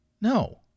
No